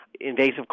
invasive